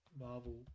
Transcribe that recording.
Marvel